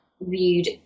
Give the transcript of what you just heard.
viewed